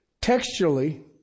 textually